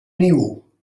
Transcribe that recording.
niu